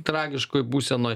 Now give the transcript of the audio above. tragiškoj būsenoj